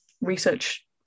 research